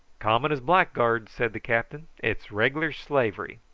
common as blackguards, said the captain, it's regular slavery.